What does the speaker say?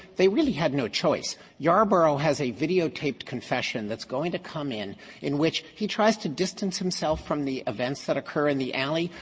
they really had no choice. yarborough has a videotaped confession that's going to come in in which he tries to distance himself from the events that occur in the alley,